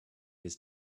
his